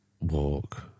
walk